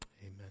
Amen